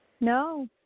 No